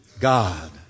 God